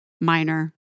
minor